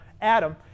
Adam